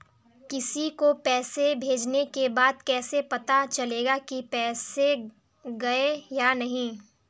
किसी को पैसे भेजने के बाद कैसे पता चलेगा कि पैसे गए या नहीं?